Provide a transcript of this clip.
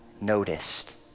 noticed